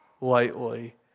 lightly